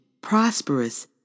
prosperous